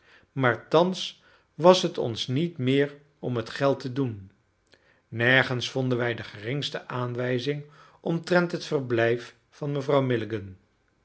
maar thans was het ons niet meer om het geld te doen nergens vonden wij de geringste aanwijzing omtrent het verblijf van mevrouw milligan